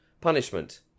punishment